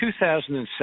2007